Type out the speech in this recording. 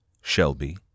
Shelby